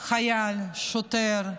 חייל, שוטר,